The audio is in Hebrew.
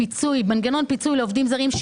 מנגנון פיצוי לעובדים זרים,